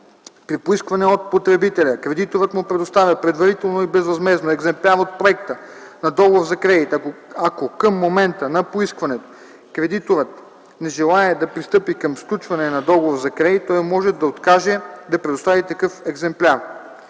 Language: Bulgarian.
При поискване от потребителя кредиторът му предоставя предварително и безвъзмездно екземпляр от проекта на договор за кредит. Ако към момента на поискването кредиторът не желае да пристъпи към сключване на договор за кредит, той може да откаже да предостави такъв екземпляр.